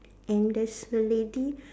and there's a lady